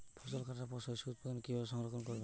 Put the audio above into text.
ফসল কাটার পর শস্য উৎপাদন কিভাবে সংরক্ষণ করবেন?